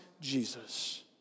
Jesus